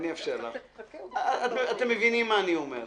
אתם מבינים מה אני אומר.